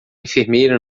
enfermeira